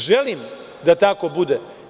Želim da tako bude.